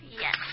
Yes